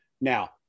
Now